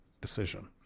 decision